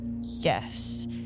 yes